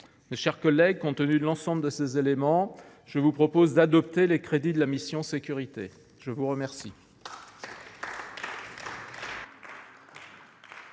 Mes chers collègues, compte tenu de l’ensemble de ces éléments, je vous propose d’adopter les crédits de la mission « Sécurités ». La parole